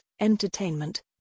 entertainment